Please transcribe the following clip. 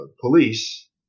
police